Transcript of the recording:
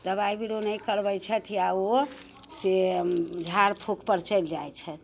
दबाइ बिरो नहि करबै छथि आओर ओ से झारफुकपर चलि जाइ छथि